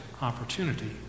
opportunity